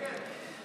כן, כן.